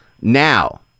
Now